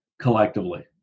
collectively